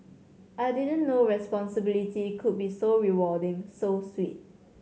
I didn't know responsibility could be so rewarding so sweet